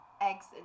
eggs